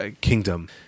kingdom